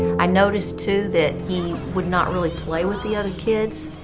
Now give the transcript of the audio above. i noticed too that he would not really play with the other kids.